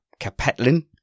Capetlin